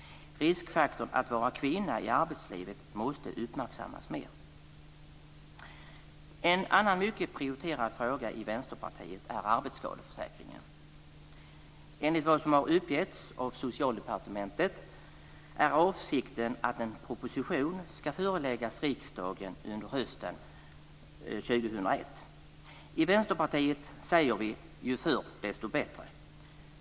Riskfaktorn att vara kvinna i arbetslivet måste uppmärksammas mer. En annan mycket prioriterad fråga i Vänsterpartiet är arbetsskadeförsäkringen. Enligt vad som har uppgetts av Socialdepartementet är avsikten att en proposition ska föreläggas riksdagen under hösten 2001. I Vänsterpartiet säger vi så här: Ju förr desto bättre.